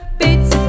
beats